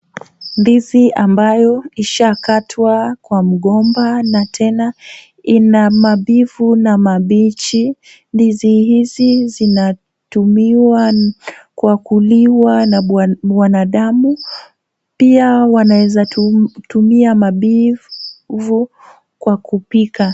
Ndizi ambayo ishakatwa kwa mgomba na tena ina mabivu na mabichi. Ndizi hizi zinatumiwa kwa kuliwa na mwanadamu. Pia wanaweza tumia mabivu kwa kupika.